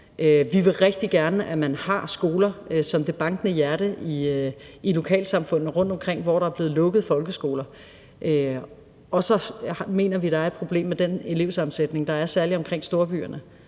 Vi vil rigtig gerne have, at man har skoler som det bankende hjerte i lokalsamfundene rundtomkring, hvor der er blevet lukket folkeskoler. Og så mener vi, at der er et problem med den elevsammensætning, der er særlig omkring storbyerne.